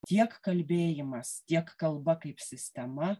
tiek kalbėjimas tiek kalba kaip sistema